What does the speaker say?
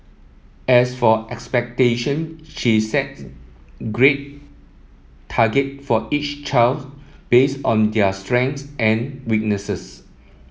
as for expectation she set grade target for each child based on their strengths and weaknesses